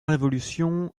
révolution